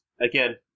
again